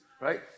Right